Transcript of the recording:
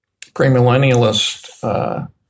premillennialist